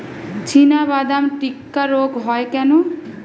চিনাবাদাম টিক্কা রোগ হয় কেন?